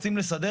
רוצים לסדר?